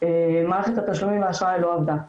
מערכת התשלומים באשראי לא עבדה.